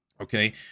okay